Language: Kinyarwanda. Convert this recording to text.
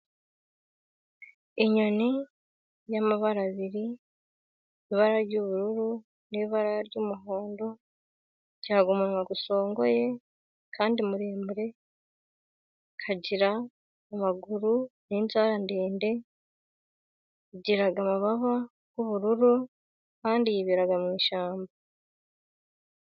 Inyoni y'amabara abiri, ibara ry'ubururu n'ibara ry'umuhondo, igira umunwa usongoye kandi muremure, ikagira amaguru n'inzara ndende, igira amababa y'ubururu, kandi yiberara mu ishyamba.